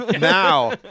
now